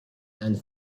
and